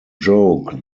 joke